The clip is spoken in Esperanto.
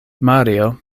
mario